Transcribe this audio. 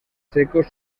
secos